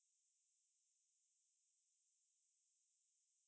err now that it's so hot and stuffy in the room without a fan